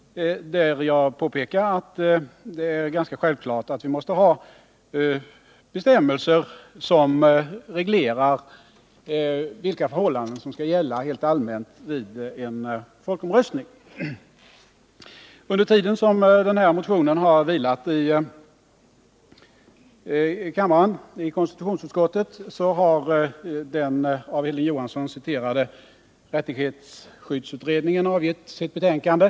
I motionen framhåller jag att vi självfallet måste ha bestämmelser som reglerar vilka förhållanden som rent allmänt skall gälla vid'en folkomröstning. Under tiden som min motion har vilat i konstitutionsutskottet har den av Hilding Johansson citerade rättighetsskyddsutredningen avgivit sitt betänkande.